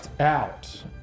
out